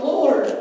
Lord